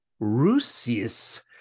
Rusius